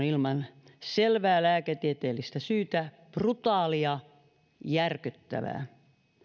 ilman selvää lääketieteellistä syytä on brutaalia järkyttävää